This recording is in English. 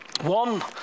one